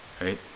right